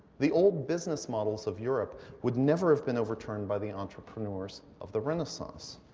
the old business models of europe would never have been overturned by the entrepreneurs of the renaissance.